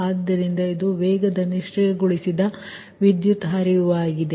ಆದ್ದರಿಂದ ಇದು ವೇಗದ ನಿಷ್ಕ್ರಿಯಗೊಳಿಸಿದ ವಿದ್ಯುತ್ ಹರಿವಾಗಿದೆ